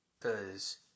Cause